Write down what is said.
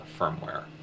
firmware